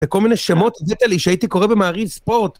וכל מיני שמות, זה כאלה שהייתי קורא במעריב ספורט.